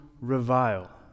revile